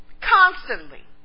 constantly